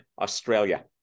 Australia